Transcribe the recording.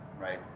right